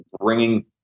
bringing